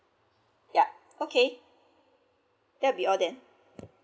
yup okay that'll be all then